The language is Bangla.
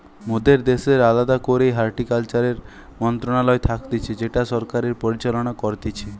মোদের দ্যাশের আলদা করেই হর্টিকালচারের মন্ত্রণালয় থাকতিছে যেটা সরকার পরিচালনা করতিছে